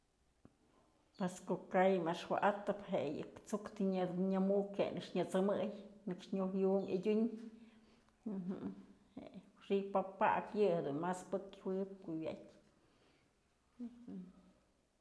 Pues ko'o ka'ay äxwa'atëp je'e yë tsu'uktë nyëmukpyë je'e nëkx nyësëmëy nëkx nyuj yum adyun je'e xi'i papak yëdun mas pëk jyëwëb ku wyatë.